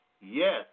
yes